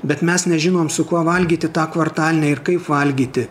bet mes nežinom su kuo valgyti tą kvartalinę ir kaip valgyti